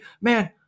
man